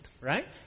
right